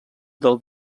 del